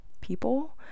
people